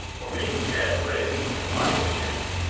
or, being dead, raise them to life again,